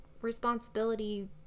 responsibility